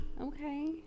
Okay